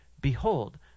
behold